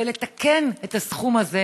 ולתקן את הסכום הזה,